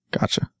Gotcha